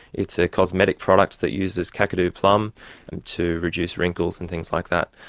it's a cosmetic product that uses kakadu plum and to reduce wrinkles and things like that.